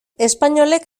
espainolek